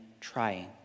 trying